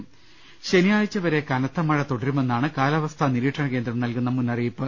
്്്്്്്് ശനിയാഴ്ചവരെ കനത്ത മഴ തുടരുമെന്നാണ് കാലാവസ്ഥാ നിരീ ക്ഷണകേന്ദ്രം നൽകുന്ന മുന്നറിയിപ്പ്